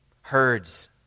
Herds